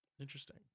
Interesting